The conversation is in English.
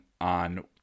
on